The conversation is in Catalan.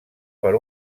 per